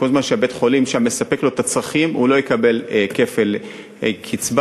כל זמן שבית-החולים מספק לו את הצרכים הוא לא יקבל כפל קצבה,